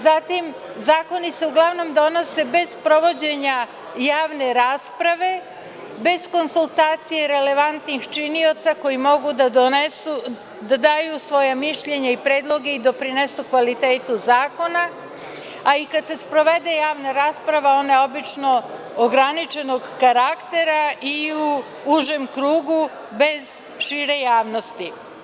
Zatim, zakoni se uglavnom donose bez prevođenja javne rasprave, bez konsultacije relevantnih činioca koji mogu da daju svoje mišljenje i predloge i doprinesu kvalitetu zakona, a i kad se sprovede javna rasprava ona obično ograničenog karaktera i u užem krugu bez šire javnosti.